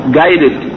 guided